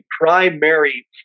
primary